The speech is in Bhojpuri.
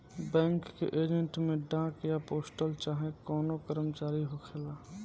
बैंक के एजेंट में डाक या पोस्टल चाहे कवनो कर्मचारी होखेला